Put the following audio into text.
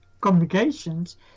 communications